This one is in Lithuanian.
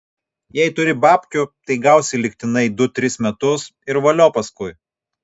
jei turi babkių tai gausi lygtinai du tris metus ir valio paskui